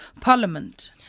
Parliament